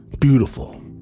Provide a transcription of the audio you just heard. beautiful